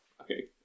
okay